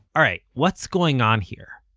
alright, what's going on here?